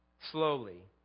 Slowly